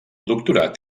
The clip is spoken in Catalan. doctorat